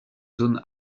zones